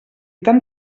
tant